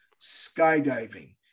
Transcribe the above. skydiving